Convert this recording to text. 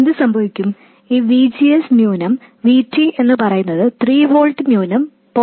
എന്ത് സംഭവിക്കുമെന്നാൽ ഈ V G S V T എന്നുപറയുന്നത് 3 വോൾട്ട് മൈനസ് 0